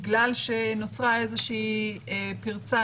בגלל שנוצרה פרצה,